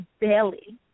belly